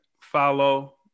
follow